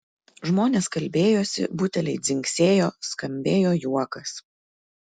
žmonės kalbėjosi buteliai dzingsėjo skambėjo juokas